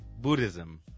Buddhism